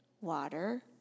Water